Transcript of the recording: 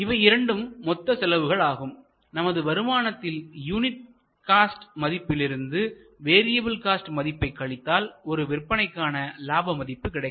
இவை இரண்டும் மொத்த செலவுகள் ஆகும் நமது வருமானத்தில் யூனிட் காஸ்ட் மதிப்பிலிருந்து வேரியபில் காஸ்ட் மதிப்பை கழித்தால் ஒரு விற்பனைக்கான லாப மதிப்பு கிடைக்கும்